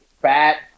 fat